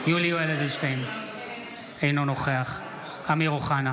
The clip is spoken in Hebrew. תודה רבה שחיכיתם